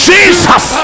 Jesus